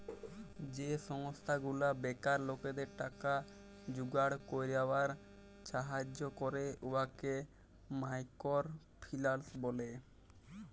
যে সংস্থা গুলা বেকার লকদের টাকা জুগাড় ক্যইরবার ছাহাজ্জ্য ক্যরে উয়াকে মাইকর ফিল্যাল্স ব্যলে